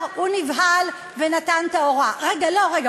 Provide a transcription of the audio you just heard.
לבד, על המשפט הזה?